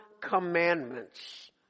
commandments